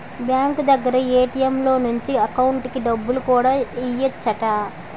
bank దగ్గర ATM లో నుంచి ఎకౌంటుకి డబ్బులు కూడా ఎయ్యెచ్చట